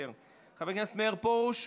חבר הכנסת מאיר פרוש,